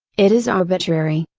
it is arbitrary.